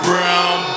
Brown